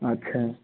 अच्छा